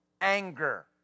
Anger